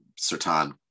Sertan